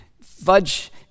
fudge